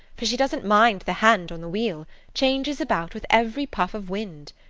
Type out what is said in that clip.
for she doesn't mind the hand on the wheel changes about with every puff of wind.